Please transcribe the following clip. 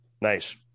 Nice